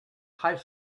high